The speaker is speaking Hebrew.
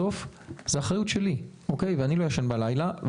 בסוף זו אחריות שלי ואני לא ישן בלילה.